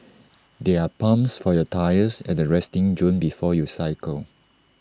there are pumps for your tyres at the resting zone before you cycle